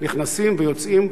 נכנסים ויוצאים,